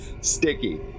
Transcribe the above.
Sticky